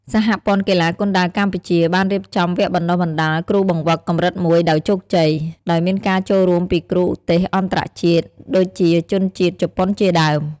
សហព័ន្ធកីឡាគុនដាវកម្ពុជា បានរៀបចំវគ្គបណ្ដុះបណ្ដាលគ្រូបង្វឹកកម្រិត ១ ដោយជោគជ័យ ដោយមានការចូលរួមពីគ្រូឧទ្ទេសអន្តរជាតិ ដូចជាជនជាតិជប៉ុនជាដើម។